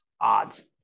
odds